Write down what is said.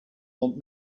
want